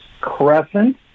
Crescent